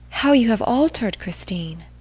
how you have altered, christine!